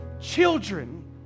children